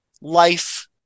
life